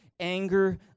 Anger